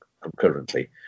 concurrently